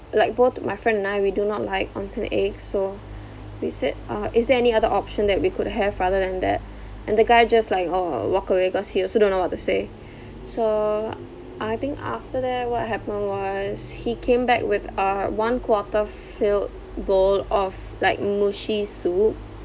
like both my friend and I we do not like onsen egg so we said uh is there any other option that we could have rather than that and the guy just like orh walk away cause he also don't know what to say so I think after that what happened was he came back with a one quarter filled bowl of like mushy soup